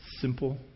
simple